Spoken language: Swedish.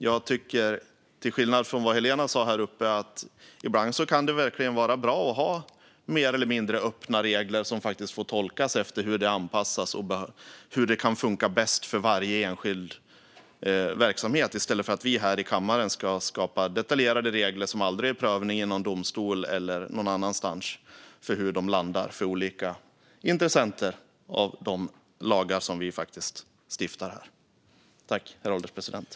Jag tycker, till skillnad från vad Helena Vilhelmsson sa, att det ibland kan vara bra med mer eller mindre öppna regler som får tolkas och anpassas efter hur det kan funka bäst för varje enskild verksamhet, i stället för att vi här i kammaren skapar detaljerade regler som aldrig prövas i domstol eller någon annanstans utifrån hur de landar för olika intressenter.